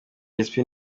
spin